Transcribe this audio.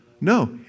No